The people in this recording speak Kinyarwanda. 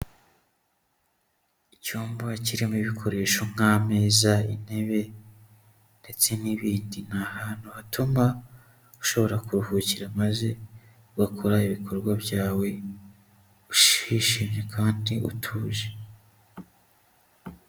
Icyumba kirimo ibikoresho nk'ameza, intebe ndetse n'ibindi. Ni ahantu hatuma ushobora kuruhukira maze ugakora ibikorwa byawe wishimye kandi utuje.